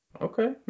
Okay